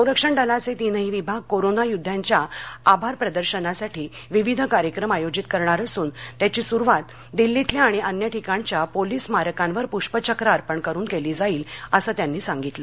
संरक्षण दलाचे तीनही विभाग कोरोना योद्ध्यांच्या आभार प्रदर्शनासाठी विविध कार्यक्रम आयोजित करणार असून त्याची सुरुवात दिल्लीतल्या आणि अन्य ठिकाणच्या पोलिस स्मारकांवर प्ष्पचक्र अर्पण करुन केली जाईल असं त्यांनी सांगितलं